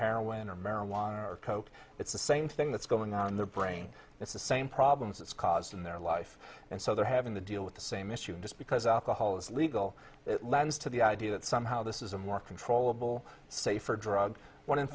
heroin or marijuana or coke it's the same thing that's going on in the brain it's the same problems it's caused in their life and so they're having to deal with the same issue just because alcohol is legal it lends to the idea that somehow this is a more controllable safer drug when in